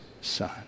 Son